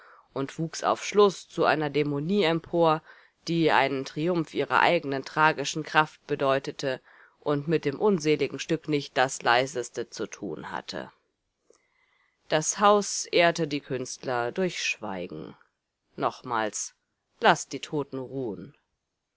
und wuchs auf schluß zu einer dämonie empor die einen triumph ihrer eigenen tragischen kraft bedeutete und mit dem unseligen stück nicht das leiseste zu tun hatte das haus ehrte die künstler durch schweigen nochmals laßt die toten ruhen